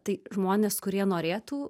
tai žmonės kurie norėtų